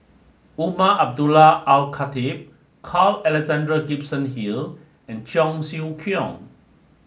Umar Abdullah Al Khatib Carl Alexander Gibson Hill and Cheong Siew Keong